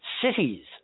cities